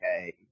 okay